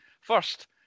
First